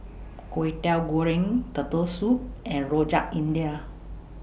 Kwetiau Goreng Turtle Soup and Rojak India